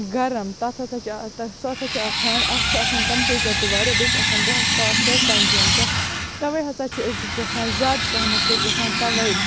گرم تَتھ ہَسا چھُ سُہ ہَسا چھُ آسان اکھ چھُ آسان ٹیمپیچَر تہِ واریاہ بییٚہِ چھِ آسان دۄہَس تاپھ سیود ٹینٛکِیَن پیٹھ تَوَے ہَسا چھِ أسۍ گَژھان زیاد پَہمَت چھِ أسۍ گَژھان تَوَے